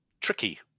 tricky